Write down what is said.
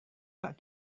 pak